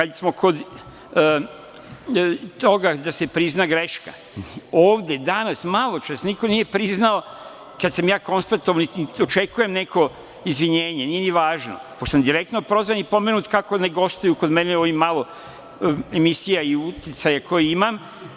Kada smo kod toga da se prizna greška ovde danas, malo čas, niko nije priznao kada sam ja konstatovao, niti očekujem neko izvinjenje, nije ni važno, pošto sam direktno prozvan i pomenuta kako ne gostuju kod mene u ovim malo emisijama i uticaja koje imam.